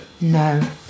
No